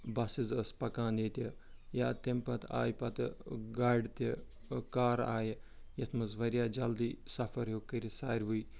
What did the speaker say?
buses ٲس پَکان ییٚتہِ یا تَمہِ پَتہٕ آیہِ پَتہٕ گاڑِ تہِ کار آیہِ یتھ مَنٛز واریاہ جلدی سَفَر ہیوٚک کٔرِتھ ساروٕے